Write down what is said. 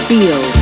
Feel